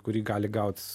kurį gali gaut